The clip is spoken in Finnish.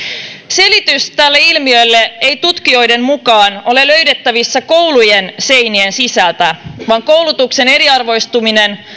selitys tälle ilmiölle ei tutkijoiden mukaan ole löydettävissä koulujen seinien sisältä vaan koulutuksen eriarvoistuminen